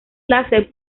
láser